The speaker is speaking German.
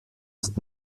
ist